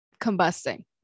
combusting